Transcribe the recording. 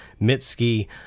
Mitski